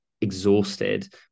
exhausted